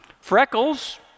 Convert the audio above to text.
Freckles